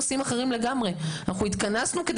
הוא מתעסק בנושאים אחרים.